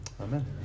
Amen